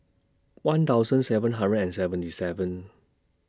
one thousand seven hundred and seventy seven